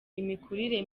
imikurire